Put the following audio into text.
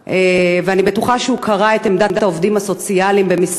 ואני בטוחה שהוא קרא את עמדת העובדים הסוציאליים במשרד,